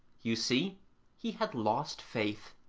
you see he had lost faith.